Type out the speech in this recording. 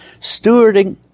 stewarding